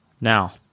Now